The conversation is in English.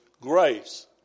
grace